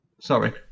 sorry